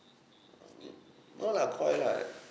no lah koi lah